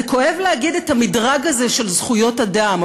זה כואב להגיד את המדרג הזה של זכויות אדם,